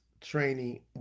training